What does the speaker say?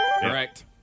Correct